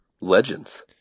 Legends